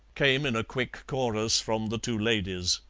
came in a quick chorus from the two ladies.